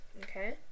okay